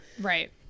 Right